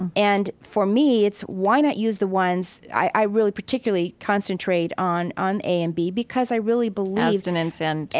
and and for me, it's why not use the ones i really, particularly, concentrate on on a and b because i really believe, abstinence and,